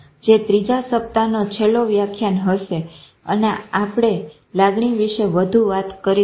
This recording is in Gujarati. જે ત્રીજા સપ્તાહનો છેલ્લું વ્યાખ્યાન હશે અને આપણે લાગણી વિશે વધુ વાત કરીશું